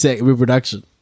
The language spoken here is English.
reproduction